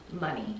money